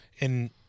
and-